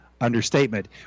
understatement